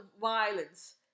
violence